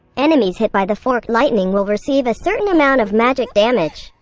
enemies hit by the forked lightning will receive a certain amount of magic damage.